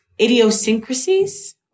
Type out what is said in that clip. idiosyncrasies